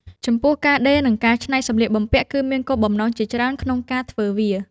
ចំពោះ ការដេរ និងការកែច្នៃសម្លៀកបំពាក់ គឺមានគោលបំណងជាច្រើនក្នុងការធ្វើវា។